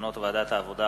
מסקנות ועדת העבודה,